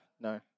No